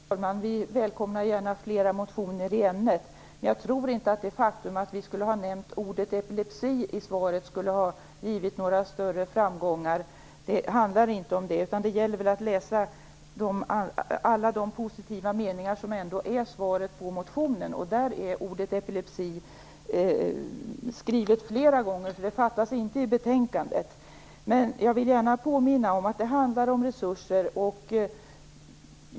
Herr talman! Vi välkomnar gärna flera motioner i ämnet. Men jag tror inte att det skulle ha givit några större framgångar om vi hade nämnt ordet epilepsi. Det handlar inte om det. Det gäller att läsa alla de positiva meningar som är svaret på motionen. Där är ordet epilepsi skrivet flera gånger. Det fattas inte i betänkandet. Men jag vill gärna påminna om att det handlar om resurser.